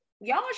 y'all